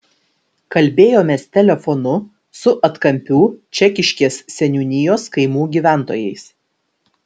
kalbėjomės telefonu su atkampių čekiškės seniūnijos kaimų gyventojais